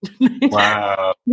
wow